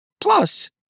Plus